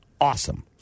Awesome